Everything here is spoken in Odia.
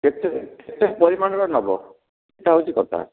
କେତେ କେତେ ପରିମାଣର ନେବ ସେଇଟା ହେଉଛି କଥା